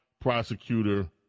prosecutor